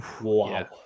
wow